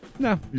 No